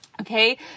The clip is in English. Okay